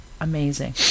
amazing